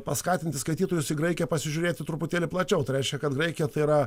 paskatinti skaitytojus reikia pasižiūrėti truputėlį plačiau tai reiškia kad graikija tai yra